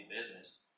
business